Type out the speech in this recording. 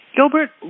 Gilbert